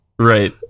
Right